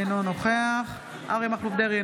אינו נוכח אריה מכלוף דרעי,